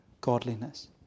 godliness